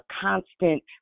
constant